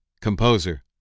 Composer